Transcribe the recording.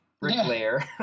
bricklayer